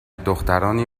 دخترانی